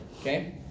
Okay